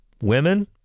women